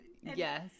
yes